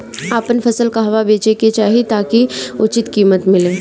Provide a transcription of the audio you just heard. आपन फसल कहवा बेंचे के चाहीं ताकि उचित कीमत मिली?